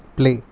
play